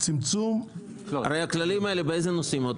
באילו נושאים הכללים האלה